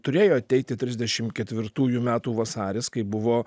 turėjo ateiti trisdešimt ketvirtųjų metų vasaris kai buvo